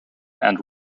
and